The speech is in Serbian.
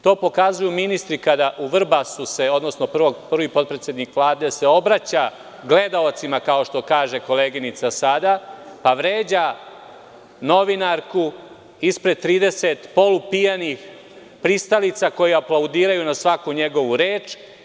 To pokazuju ministri, odnosno prvi potpredsednik Vlade u Vrbasu se obraća gledaocima, kao što kaže koleginica sada, pa vređa novinarku ispred 30 polu pijanih pristalica koji aplaudiraju na svaku njegovu reč.